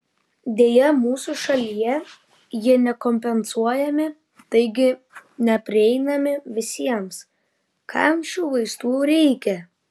deja mūsų šalyje jie nekompensuojami taigi neprieinami visiems kam šių vaistų reikia